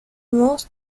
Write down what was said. most